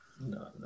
No